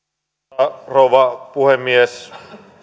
arvoisa rouva puhemies